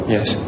Yes